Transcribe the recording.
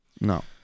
No